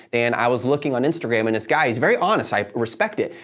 and i was looking on instagram and this guy, he's very honest, i respect it.